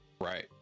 Right